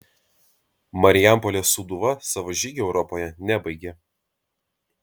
marijampolės sūduva savo žygio europoje nebaigė